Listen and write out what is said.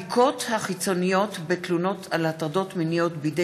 בבדיקת הרקע הרפואי של תורמות ביציות,